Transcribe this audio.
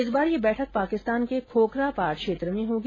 इस बार यह बैठक पाकिस्तान के खोखरापार क्षेत्र में होगी